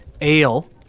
ale